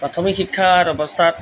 প্ৰাথমিক শিক্ষাৰ অৱস্থাত